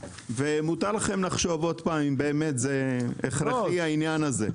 ומותר לכם לחשוב עוד פעם אם באמת זה ההכרחי העניין הזה.